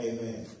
Amen